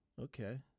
okay